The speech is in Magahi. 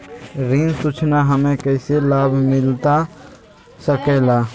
ऋण सूचना हमें कैसे लाभ मिलता सके ला?